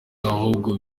ahubwo